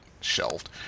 shelved